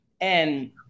And-